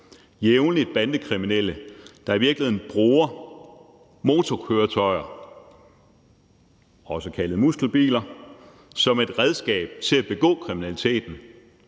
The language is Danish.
jævnligt bandekriminelle, der i virkeligheden bruger motorkøretøjer, også kaldet muskelbiler, som et redskab til at begå kriminaliteten